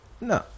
No